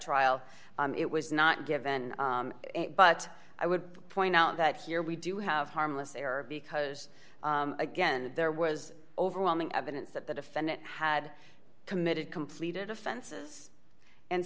trial it was not given but i would point out that here we do have harmless error because again there was overwhelming evidence that the defendant had committed completed offenses and